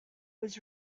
was